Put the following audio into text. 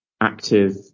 active